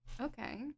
Okay